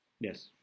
yes